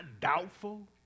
doubtful